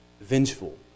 vengeful